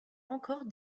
encore